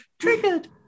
Triggered